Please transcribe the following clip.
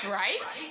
right